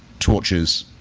torches,